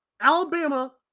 Alabama